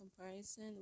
comparison